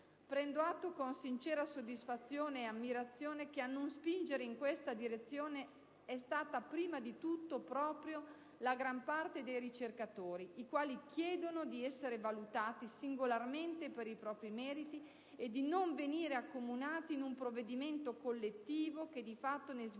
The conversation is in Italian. Prendo atto con sincera soddisfazione e ammirazione che a non spingere in questa direzione è stata prima di tutto proprio la gran parte dei ricercatori, i quali chiedono di essere valutati singolarmente per i propri meriti e di non venire accomunati in un provvedimento collettivo che di fatto ne svilirebbe